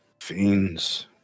fiends